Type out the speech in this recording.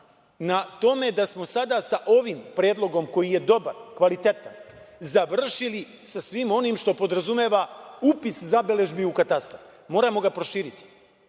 na tome da smo sada sa ovim predlogom koji je dobar, kvalitetan, završili sa svim onim što podrazumeva upis zabeležbi u katastar. Moramo ga proširiti.